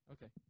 Okay